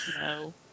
No